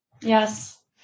Yes